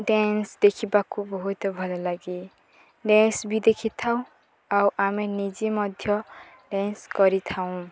dance ଦେଖିବାକୁ ବହୁତ ଭଲଲାଗେ ଡ୍ୟାନ୍ସ ବି ଦେଖିଥାଉଁ ଆଉ ଆମେ ନିଜେ ମଧ୍ୟ ଡ୍ୟାନ୍ସ କରିଥାଉଁ